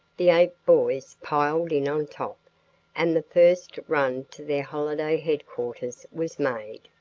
the eight boys piled in on top and the first run to their holiday headquarters was made.